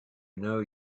know